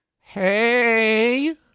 hey